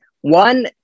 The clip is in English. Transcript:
one